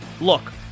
Look